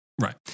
right